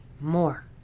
more